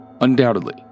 Undoubtedly